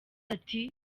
ati